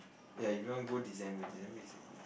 ya if you want go December December is a good